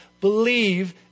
believe